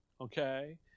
okay